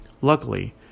Luckily